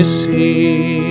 see